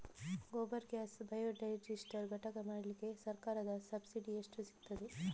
Gobar gas biodigester ಘಟಕ ಮಾಡ್ಲಿಕ್ಕೆ ಸರ್ಕಾರದ ಸಬ್ಸಿಡಿ ಎಷ್ಟು ಸಿಕ್ತಾದೆ?